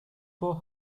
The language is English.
for